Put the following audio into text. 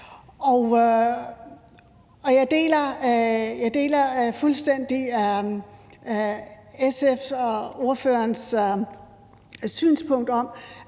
jeg deler fuldstændig SF og ordførerens synspunkt om,